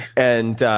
and